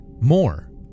more